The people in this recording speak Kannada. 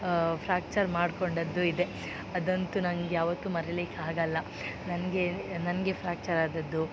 ಫ್ರ್ಯಾಕ್ಚರ್ ಮಾಡಿಕೊಂಡದ್ದು ಇದೆ ಅದಂತು ನಂಗೆ ಯಾವತ್ತು ಮರಿಲಿಕ್ಕಾಗಲ್ಲ ನನಗೆ ನನಗೆ ಫ್ರ್ಯಾಕ್ಚರ್ ಆದದ್ದು